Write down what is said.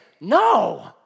no